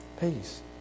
Peace